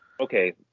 Okay